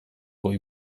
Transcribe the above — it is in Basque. goi